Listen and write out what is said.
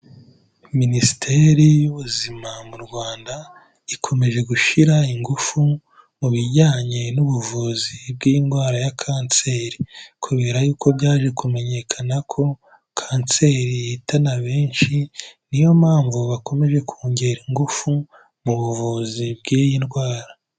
Minisiteri y'ubuzima mu Rwanda ikomeje gushyira ingufu mu bijyanye n'ubuvuzi bw'inyidwara ya kanseri, kubera yuko byaje kumenyekana ko kanseri ihitana benshi niyo mpamvu bakomeje kongera ingufu mu buvuzi bw'iyi ndwara.